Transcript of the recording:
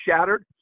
shattered